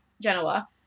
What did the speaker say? Genoa